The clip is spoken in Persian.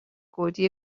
گودی